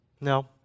No